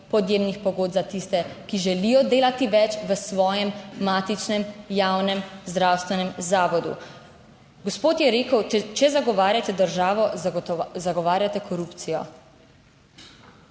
podjemnih pogodb za tiste, ki želijo delati več v svojem matičnem javnem zdravstvenem zavodu. Gospod je rekel: če zagovarjate državo, zagovarjate korupcijo.